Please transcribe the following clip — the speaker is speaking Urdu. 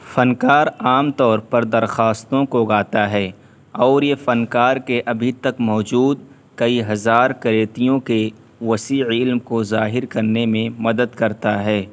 فنکار عام طور پر درخواستوں کو گاتا ہے اور یہ فنکار کے ابھی تک موجود کئی ہزار کریتیوں کے وسیع علم کو ظاہر کرنے میں مدد کرتا ہے